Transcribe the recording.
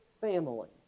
family